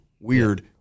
Weird